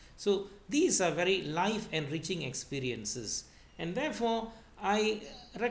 so these are very life enriching experiences and therefore I